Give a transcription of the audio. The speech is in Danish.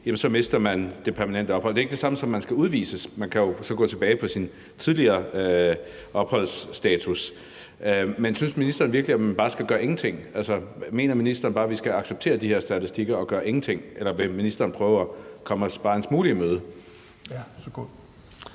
mister det permanente ophold. Det er ikke det samme, som at man skal udvises, men man kan jo så rykke tilbage til sin tidligere opholdsstatus. Synes ministeren virkelig, at man bare skal gøre ingenting? Mener ministeren bare, at vi skal acceptere de her statistikker og gøre ingenting, eller vil ministeren prøve at komme os bare en smule i møde? Kl.